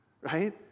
right